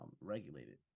regulated